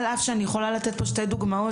על אף שאני יכולה לתת כאן שתי דוגמאות.